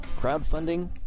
crowdfunding